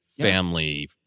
family